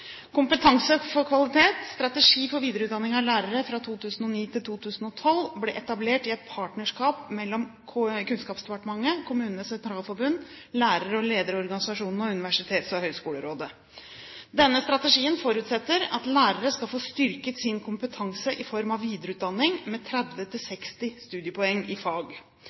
Kompetanse for kvalitet – Strategi for videreutdanning av lærere 2009–2012 ble etablert i et partnerskap mellom Kunnskapsdepartementet, KS, lærere og lederorganisasjonene og Universitets- og høgskolerådet. Denne strategien forutsetter at lærere skal få styrket sin kompetanse i form av videreutdanning, med 30–60 studiepoeng i fag.